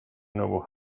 nuevo